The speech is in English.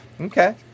Okay